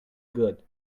good